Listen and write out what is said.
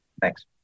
Thanks